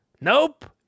Nope